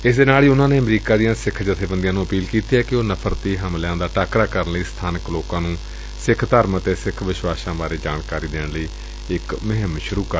ਇਸ ਦੇ ਨਾਲ ਹੀ ਉਨੂਾਂ ਨੇ ਅਮਰੀਕਾ ਦੀਆਂ ਸਿੱਖ ਜਥੇਬੰਦੀਆਂ ਨੂੰ ਅਪੀਲ ਕੀਤੀ ਏ ਕਿ ਉਹ ਨਫ਼ਰਤੀ ਹਮਲਿਆਂ ਦਾ ਟਾਕਰਾ ਕਰਨ ਲਈ ਸਬਾਨਕ ਲੋਕਾਂ ਨੂੰ ਸਿੱਖ ਧਰਮ ਅਤੇ ਸਿੱਖ ਵਿਸ਼ਵਾਸ਼ਾਂ ਬਾਰੇ ਜਾਣਕਾਰੀ ਦੇਣ ਲਈ ਇੱਕ ਮੁਹਿੰਮ ਸ਼ੁਰੁ ਕਰਨ